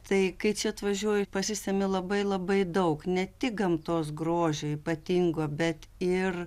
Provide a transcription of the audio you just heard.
tai kai čia atvažiuoju pasisemiu labai labai daug ne tik gamtos grožio ypatingo bet ir